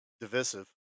divisive